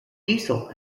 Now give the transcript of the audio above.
diesel